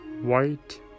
white